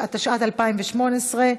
התשע"ט 2018,